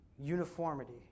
Uniformity